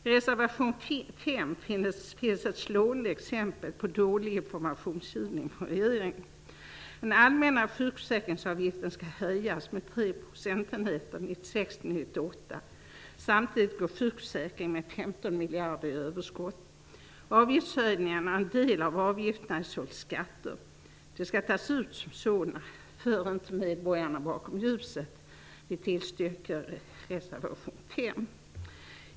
I reservation 5 finns ett slående exempel på dåligt givande av information från regeringen. Den allmänna sjukförsäkringsavgiften skall höjas med tre procentenheter 1996-98. Samtidigt går sjukförsäkringen med 15 miljarder kronor i överskott. Avgiftshöjningarna och en del av avgifterna är således skatter. De skall tas ut som sådana. För inte medborgarna bakom ljuset! Vi tillstyrker reservation 5.